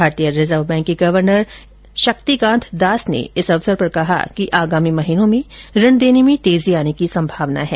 भारतीय reserve bank के governor Shaktikanta Das ने कहा कि आगामी महीनों में ऋण देने में तेजी आने की संभावना है